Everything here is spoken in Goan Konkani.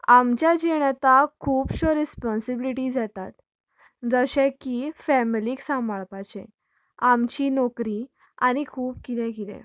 आमच्या जिणेंताक खुबश्यो रिस्पाॅन्सिबिलीटीस येतात जशे की फेमिलीक सांबाळपाचें आमची नोकरी आनी खूब कितें कितें